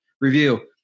Review